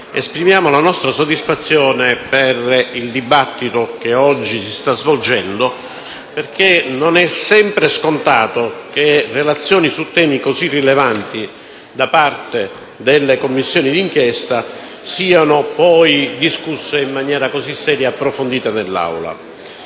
esprimiamo la nostra soddisfazione per il dibattito che oggi si sta svolgendo, perché non è sempre scontato che relazioni su temi così rilevanti da parte delle Commissioni d'inchiesta siano, poi, discusse in maniera così seria e approfondita dall'Assemblea.